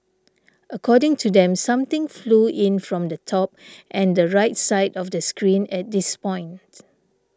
according to them something flew in from the top and the right side of the screen at this point